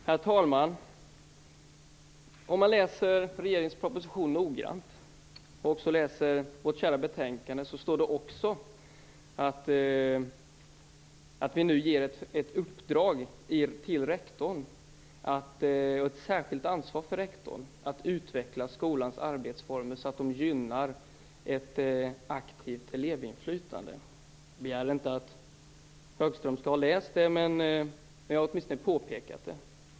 Herr talman! Om man läser regeringens proposition noggrant, och också läser vårt kära betänkande, så ser man att vi nu ger ett uppdrag, ett särskilt ansvar, till rektorn att utveckla skolans arbetsformer så att de gynnar ett aktivt elevinflytande. Jag begär inte att Högström skall ha läst detta, men jag har åtminstone påpekat det.